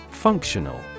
Functional